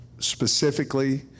Specifically